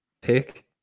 pick